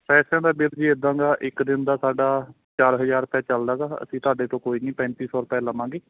ਪੈਸਿਆਂ ਦਾ ਵੀਰ ਜੀ ਇੱਦਾਂ ਦਾ ਇੱਕ ਦਿਨ ਦਾ ਸਾਡਾ ਚਾਰ ਹਜ਼ਾਰ ਰੁਪਇਆ ਚਲਦਾ ਗਾ ਅਸੀਂ ਤੁਹਾਡੇ ਤੋਂ ਕੋਈ ਨਹੀਂ ਪੈਂਤੀ ਸੌ ਰੁਪਏ ਲਵਾਂਗੇ